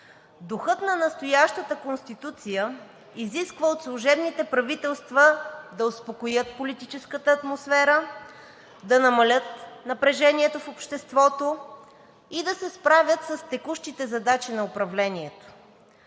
Духът на настоящата Конституция изисква от служебните правителства да успокоят политическата атмосфера, да намалят напрежението в обществото и да се справят с текущите задачи на управлението.